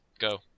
Go